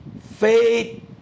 faith